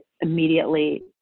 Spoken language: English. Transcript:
immediately